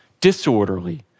disorderly